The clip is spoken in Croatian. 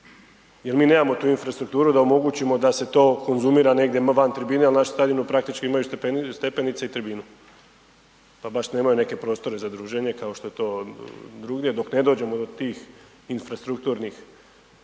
jer mi nemamo tu infrastrukturu da omogućimo da se to konzumira negdje van tribine jer naši stadioni praktički imaju stepenice i tribinu pa baš nemaju neke prostore za druženje kao što to drugdje, dok ne dođemo do tih infrastrukturnih